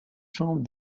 chambre